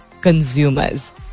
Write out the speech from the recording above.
consumers